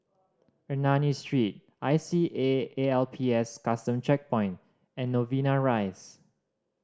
Ernani Street I C A A L P S Custom Checkpoint and Novena Rise